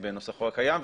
בנוסחו הקיים,